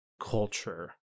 culture